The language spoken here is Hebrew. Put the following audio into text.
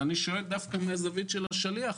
ואני שואל דווקא מהזווית של השליח: